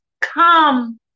come